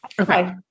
Okay